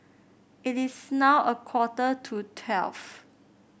it is now a quarter to twelve